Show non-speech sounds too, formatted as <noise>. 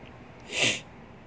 <noise>